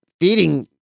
feeding